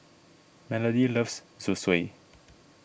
Melodie loves Zosui